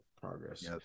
progress